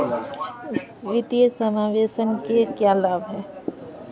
वित्तीय समावेशन के क्या लाभ हैं?